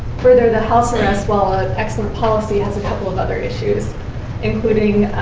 further, the house arrest while ah an excellent policy has a couple of other issues including